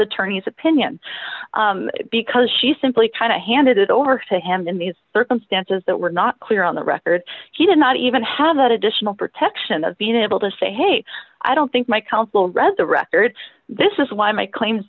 attorneys opinion because she simply kind of handed it over to him in these circumstances that were not clear on the record he did not even have that additional protection of being able to say hey i don't think my counsel read the record this is why my claims